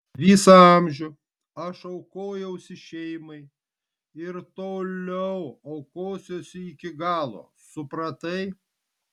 visą amžių aš aukojausi šeimai ir toliau aukosiuosi iki galo supratai